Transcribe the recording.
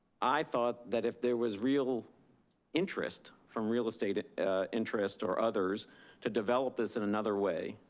i thought that if there was real interest from real estate interest or others to develop this in another way,